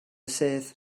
sedd